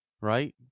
Right